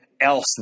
else